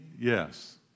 yes